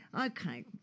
Okay